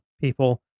people